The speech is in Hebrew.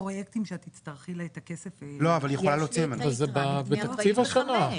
הצעת תקציב ועדת הבחירות המרכזית לכנסת לבחירות לכנסת ה-25